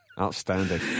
Outstanding